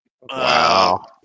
Wow